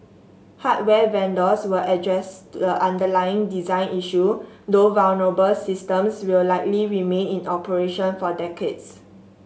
hardware vendors will address the underlying design issue though vulnerable systems will likely remain in operation for decades